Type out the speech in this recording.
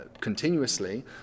Continuously